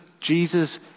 Jesus